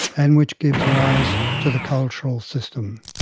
and which gives rise to the cultural system.